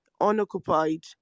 unoccupied